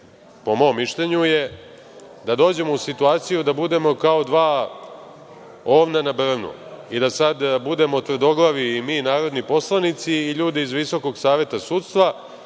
po mom mišljenju je da dođemo u situaciju da budemo kao dva ovna na brvnu i da sad budemo tvrdoglavi i mi i narodni poslanici i ljudi iz Visokog saveta sudstva